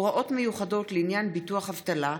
(הוראות מיוחדות לעניין ביטוח אבטלה),